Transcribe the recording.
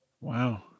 Wow